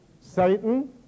Satan